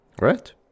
Right